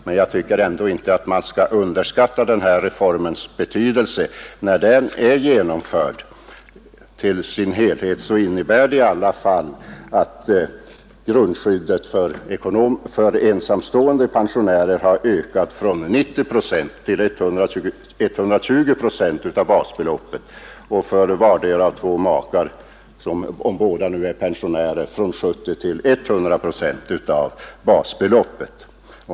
Men jag tycker inte att den här reformens betydelse skall underskattas. När den är helt genomförd innebär det i alla fall att grundskyddet för ensamstående pensionärer har ökat från 90 procent till 120 procent av basbeloppet och för vardera av två makar, som båda är pensionärer, från 70 procent till 100 procent av basbeloppet.